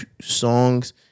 songs